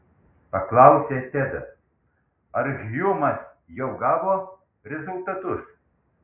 paklausė tedas ar hjumas jau gavo rezultatus